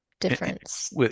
difference